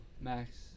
max